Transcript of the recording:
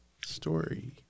story